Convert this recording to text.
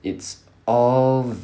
it's all